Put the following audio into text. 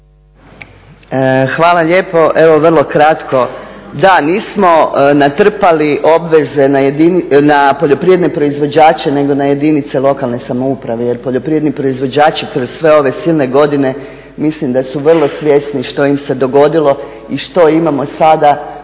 Hvala lijepo. Evo, vrlo kratko. Da nismo natrpali obveze na poljoprivredne proizvođače nego na jedinice lokalne samouprave jer poljoprivredni proizvođači kroz sve ove silne godine mislim da su vrlo svjesni što im se dogodilo i što imamo sada